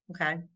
Okay